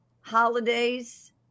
holidays